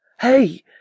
Hey